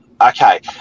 Okay